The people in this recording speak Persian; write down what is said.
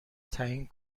تعیین